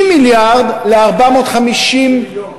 60 מיליארד ל-450,000.